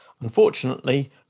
unfortunately